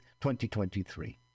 2023